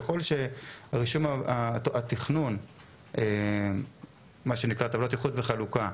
ככל שרישום התכנון מה שנקרא טבלת איחוד וחלוקה,